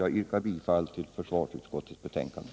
Jag yrkar bifall till vad försvarsutskottet hemställt.